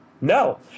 No